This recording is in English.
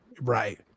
Right